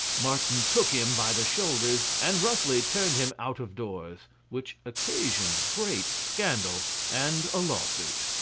martin took him by the shoulders and roughly turned him out of doors which occasioned great scandal and a law-suit.